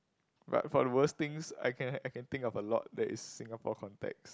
but for the worse things I can I can think of a lot that is Singapore context